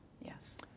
yes